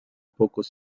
pocos